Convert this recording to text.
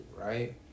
right